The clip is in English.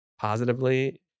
positively